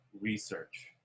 research